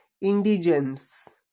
Indigence